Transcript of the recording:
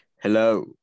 Hello